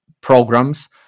programs